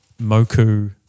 Moku